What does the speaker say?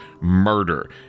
murder